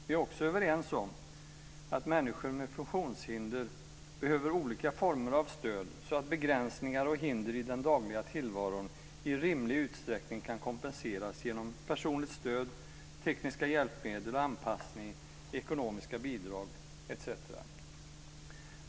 Vi är också överens om att människor med funktionshinder behöver olika former av stöd, så att begränsningar och hinder i den dagliga tillvaron i rimlig utsträckning kan kompenseras genom personligt stöd, tekniska hjälpmedel och anpassning, ekonomiska bidrag etc.